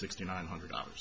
sixty nine hundred dollars